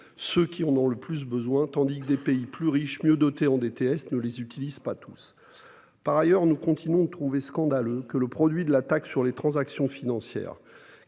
ceux qui en ont le plus besoin, tandis que certains pays plus riches et mieux dotés en DTS ne les utilisent pas tous. Une autre injustice continue de nous scandaliser. Alors que le produit de la taxe sur les transactions financières